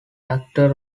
actor